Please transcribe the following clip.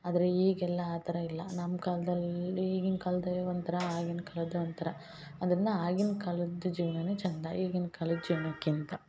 ಆದರೆ ಈಗೆಲ್ಲ ಆ ಥರ ಇಲ್ಲ ನಮ್ಮ ಕಾಲ್ದಲ್ಲಿ ಈಗಿನ ಕಾಲ್ದಲ್ಲಿ ಒಂಥರ ಆಗಿನ ಕಾಲದ್ದೇ ಒಂಥರ ಆದ್ದರಿಂದ ಆಗಿನ ಕಾಲದ ಜೀವ್ನವೇ ಚಂದ ಈಗಿನ ಕಾಲದ ಜೀವನಕ್ಕಿಂತ